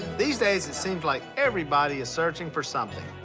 these days it seems like everybody is searching for something.